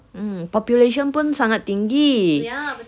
mm population pun sangat tinggi